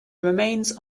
remains